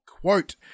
Quote